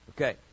Okay